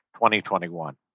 2021